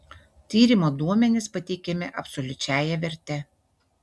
tyrimo duomenys pateikiami absoliučiąja verte